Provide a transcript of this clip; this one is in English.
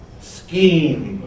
scheme